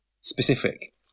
specific